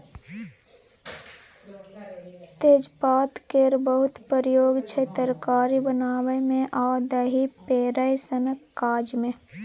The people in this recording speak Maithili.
तेजपात केर बहुत प्रयोग छै तरकारी बनाबै मे आ दही पोरय सनक काज मे